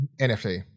NFT